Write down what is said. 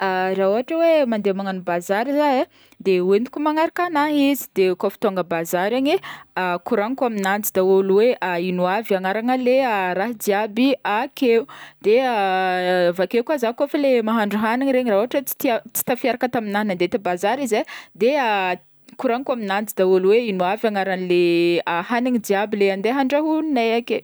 Raha ôhatra hoe magnano bazary za e, de hoentiko manaraka agnahy izy, de kaofa tonga a bazary agny e de koragniko aminanjy daholo hoe ino aby agnaran'ny raha jiaby akeo de avake koa za kaofa le mahandro hagniny regny ra ôhatra ka tia- tafiaraka tamignahy mande bazary izy e, de koragniko aminanjy daholo hoe ino aby agnaranle hagniny jiaby le ande andrahognay ake.